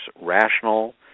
rational